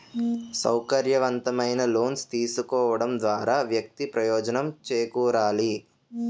సౌకర్యవంతమైన లోన్స్ తీసుకోవడం ద్వారా వ్యక్తి ప్రయోజనం చేకూరాలి